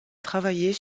travailler